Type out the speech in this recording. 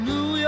New